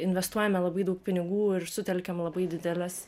investuojame labai daug pinigų ir sutelkiam labai dideles